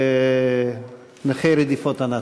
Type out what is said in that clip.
לחוק נכי רדיפות הנאצים.